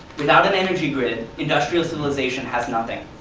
without an energy grid, industrial civilization has nothing.